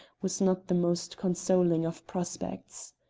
was not the most consoling of prospects.